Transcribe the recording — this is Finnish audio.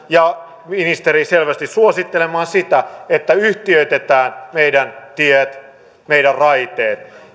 ja ministeri selvästi suosittelemaan sitä että yhtiöitetään meidän tiet meidän raiteet